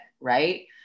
right